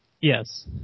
Yes